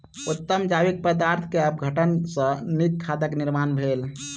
उत्तम जैविक पदार्थ के अपघटन सॅ नीक खादक निर्माण भेल